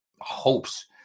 hopes